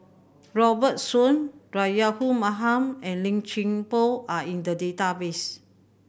Robert Soon Rahayu Mahzam and Lim Chuan Poh are in the database